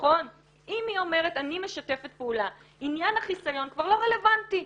אם היא אומרת אני משתפת פעולה עניין החיסיון כבר לא רלוונטי.